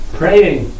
praying